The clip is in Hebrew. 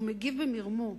והוא מגיב במרמור.